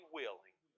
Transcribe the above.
willing